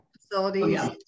facilities